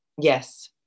Yes